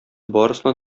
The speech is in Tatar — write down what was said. барысына